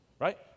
Right